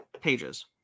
pages